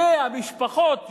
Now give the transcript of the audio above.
והמשפחות,